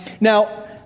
Now